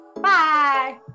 Bye